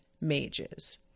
mages